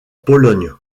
pologne